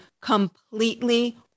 completely